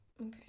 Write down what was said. Okay